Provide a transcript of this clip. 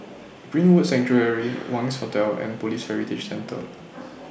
Greenwood Sanctuary Wangz Hotel and Police Heritage Centre